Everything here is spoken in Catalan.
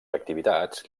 activitats